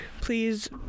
please